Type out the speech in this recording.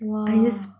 !wah!